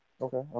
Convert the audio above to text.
Okay